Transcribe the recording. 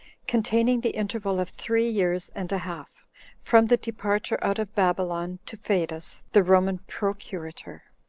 containing the interval of three years and a half from the departure out of babylon to fadus, the roman procurator.